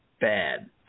bad